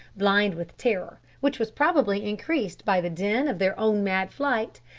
blind with terror, which was probably increased by the din of their own mad flight,